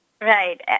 Right